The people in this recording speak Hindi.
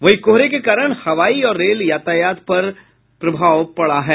वहीं कोहरे के कारण हवाई और रेल यातायात पर प्रभाव पड़ा है